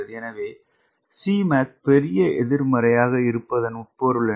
எனவே Cmac பெரிய எதிர்மறையாக இருப்பதன் உட்பொருள் என்ன